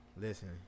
Listen